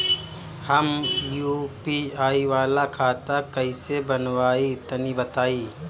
हम यू.पी.आई वाला खाता कइसे बनवाई तनि बताई?